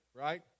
right